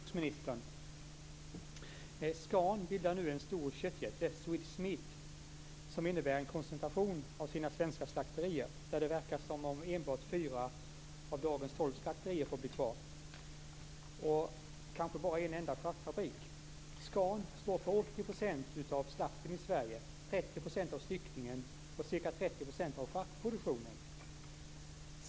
Fru talman! Jag vill vända mig till jordbruksministern. Scan bildar nu en stor köttjätte, Swedish Meats, som innebär en koncentration av företagets svenska slakterier. Det verkar som om enbart fyra av dagens tolv slakterier får bli kvar och kanske bara en enda charkfabrik. Scan står för 80 % av slakten i Sverige, 30 % av styckningen och ca 30 % av charkproduktionen.